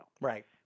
Right